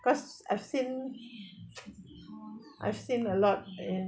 cause I've seen I've seen a lot in